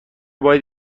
باید